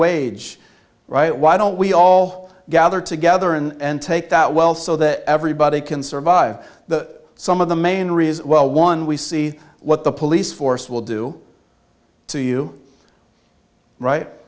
wage right why don't we all gather together and take that well so that everybody can survive that some of the main reasons well one we see what the police force will do to you right